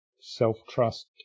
self-trust